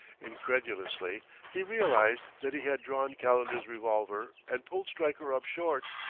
incredulously he realized that he had drawn calendar's revolver and pulled stryker up short,